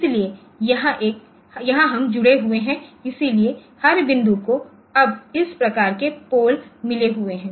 इसलिए यहां हम जुड़े हुए हैं इसलिए हर बिंदु को अब इस प्रकार के पोल मिले हुए है